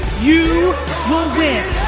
you will win.